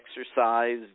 exercise